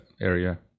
area